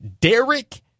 Derek